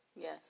Yes